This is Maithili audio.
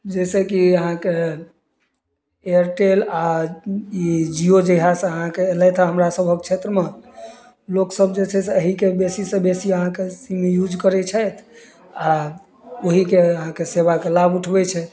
जैसेकि अहाँके एयरटेल आ ई जियो जहियासँ अहाँके अयलथि हँ हमरा सभक क्षेत्रमे लोकसब जे छै से एहिके बेसीसँ बेसी अहाँके सिम यूज करै छथि आ ओहिके अहाँके सेवाके लाभ उठबै छथि